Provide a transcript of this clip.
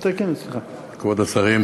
כבוד השרים,